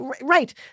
right